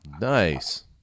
Nice